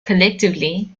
collectively